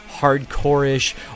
Hardcore-ish